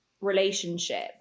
relationship